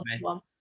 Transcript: one